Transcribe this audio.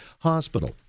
Hospital